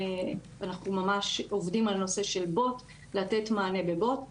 ואנחנו ממש גם עובדים על נושא של לתת מענה בבוט.